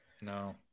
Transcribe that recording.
No